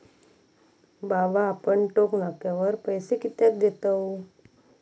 बाबा आपण टोक नाक्यावर पैसे कित्याक देतव?